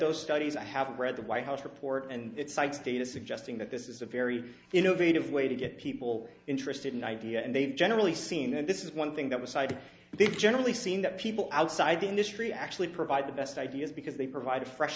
those studies i haven't read the white house report and it cites data suggesting that this is a very innovative way to get people interested in idea and they've generally seen and this is one thing that was cited they've generally seen that people outside the industry actually provide the best ideas because they provide a fresh